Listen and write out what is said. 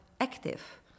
active